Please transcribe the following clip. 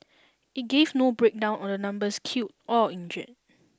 It gave no breakdown on the numbers killed or injured